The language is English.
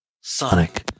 Sonic